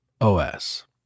OS